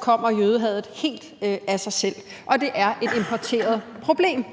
kommer jødehadet helt af sig selv, og det er et importeret problem.